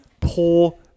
poor